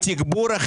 מי בעד קבלת